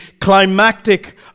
climactic